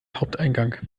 haupteingang